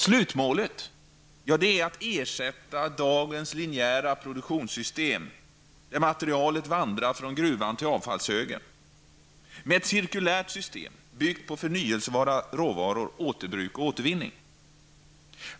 Slutmålet är att ersätta dagens linjära produktionssystem, där materialet vandrar från gruvan till avfallshögen, med ett cirkulärt system byggt på förnyelsebara råvaror, återbruk och återvinning.